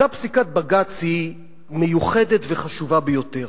אותה פסיקת בג"ץ היא מיוחדת וחשובה ביותר